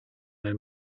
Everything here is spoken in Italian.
nel